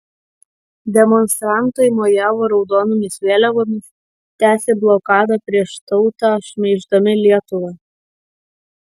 demonstrantai mojavo raudonomis vėliavomis tęsė blokadą prieš tautą šmeiždami lietuvą